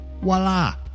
Voila